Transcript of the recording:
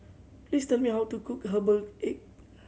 please tell me how to cook herbal egg